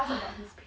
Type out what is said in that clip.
!hais!